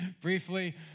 briefly